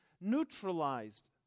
neutralized